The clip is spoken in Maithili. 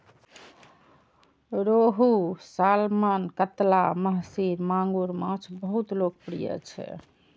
रोहू, सालमन, कतला, महसीर, मांगुर माछ बहुत लोकप्रिय छै